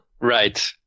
Right